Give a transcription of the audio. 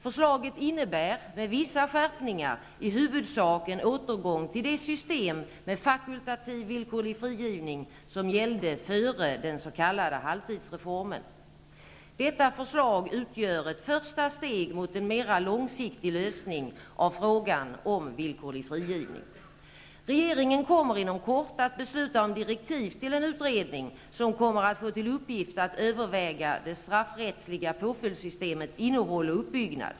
Förslaget innebär -- med vissa skärpningar -- i huvudsak en återgång till det system med fakultativ villkorlig frigivning som gällde före den s.k. halvtidsreformen. Detta förslag utgör ett första steg mot en mera långsiktig lösning av frågan om villkorlig frigivning. Regeringen kommer inom kort att besluta om direktiv till en utredning som kommer att få till uppgift att överväga det straffrättsliga påföljdssystemets innehåll och uppbyggnad.